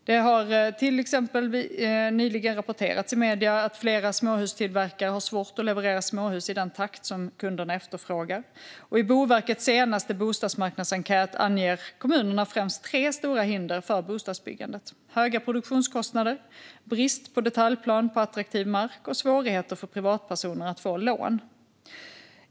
Det har till exempel nyligen rapporterats i medierna att flera småhustillverkare har svårt att leverera småhus i den takt som kunderna efterfrågar, och i Boverkets senaste bostadsmarknadsenkät anger kommunerna främst tre stora hinder för bostadsbyggandet: höga produktionskostnader, brist på detaljplan på attraktiv mark och svårigheter för privatpersoner att få lån.